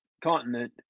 continent